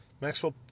Maxwell